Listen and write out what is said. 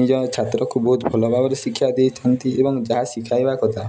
ନିଜ ଛାତ୍ରକୁ ବହୁତ ଭଲ ଭାବରେ ଶିକ୍ଷା ଦେଇଥାନ୍ତି ଏବଂ ଯାହା ଶିଖାଇବା କଥା